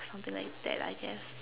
something like that I guess